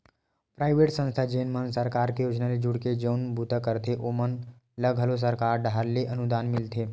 private संस्था जेन मन सरकार के योजना ले जुड़के जउन बूता करथे ओमन ल घलो सरकार डाहर ले अनुदान मिलथे